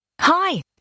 Hi